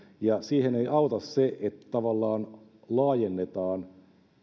ja siihen ei auta se että tavallaan laajennetaan